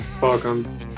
Welcome